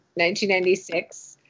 1996